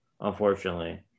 unfortunately